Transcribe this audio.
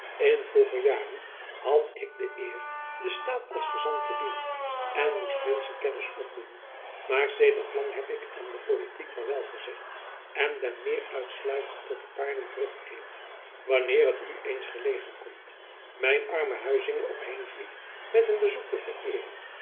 in vroeger jaren had ik de eer den staat als gezant te dienen en moest menschekennis opdoen maar sedert lang heb ik aan de politiek vaarwel gezegd en ben meer uitsluitend tot de paarden teruggekeerd wanneer het u eens gelegen komt mijn arme huizinge op heenvliet met een bezoek te vereeren